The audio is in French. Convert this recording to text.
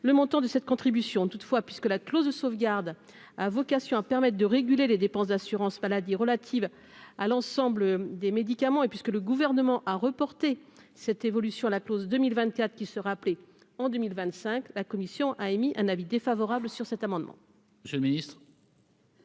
le montant de cette contribution toutefois puisque la clause de sauvegarde a vocation à permettent de réguler les dépenses d'assurance maladie relative à l'ensemble des médicaments et puisque le gouvernement a reporté cette évolue sur la pelouse de 1024 qui sera appelé en 2025 la commission a émis un avis défavorable sur cet amendement.